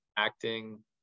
acting